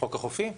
חוק החופים,